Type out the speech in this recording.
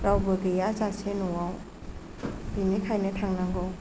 रावबो गैया जासे न'आव बिनिखायनो थांनांगौ